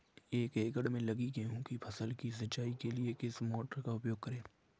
एक एकड़ में लगी गेहूँ की फसल की सिंचाई के लिए किस मोटर का उपयोग करें?